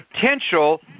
potential